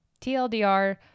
TLDR